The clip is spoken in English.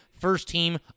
first-team